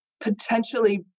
potentially